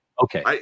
Okay